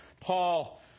Paul